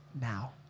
now